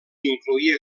incloïa